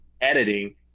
editing